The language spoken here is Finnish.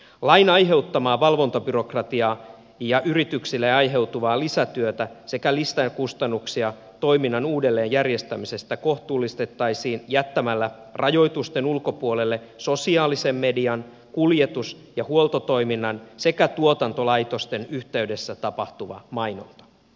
lain aiheuttamaa valvontabyrokratiaa ja yrityksille aiheutuvaa lisätyötä sekä lisäkustannuksia toiminnan uudelleenjärjestämisestä haluttaisiin kohtuullistaa jättämällä rajoitusten ulkopuolelle sosiaalisen median kuljetus ja huoltotoiminnan sekä tuotantolaitosten yhteydessä tapahtuva mainonta